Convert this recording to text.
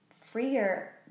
freer